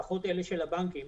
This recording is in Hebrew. לפחות אלה של הבנקים,